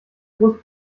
großen